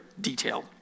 detailed